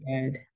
good